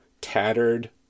tattered